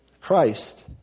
Christ